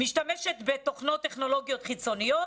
הן משתמשות בתוכנות טכנולוגיות חיצוניות,